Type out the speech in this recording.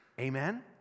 Amen